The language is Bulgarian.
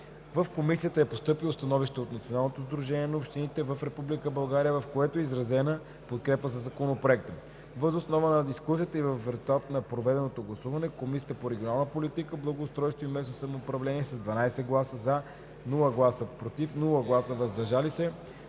В Комисията е постъпило становище от Националното сдружение на общините в Република България, в което е изразена подкрепа за Законопроекта. Въз основа на дискусията и в резултат на проведеното гласуване Комисията по регионална политика, благоустройство и местно самоуправление с 12 гласа „за“, без „против“ и „въздържал се“